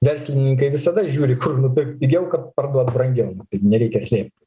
verslininkai visada žiūri kur nupirkt pigiau parduot brangiau tai nereikia slėpt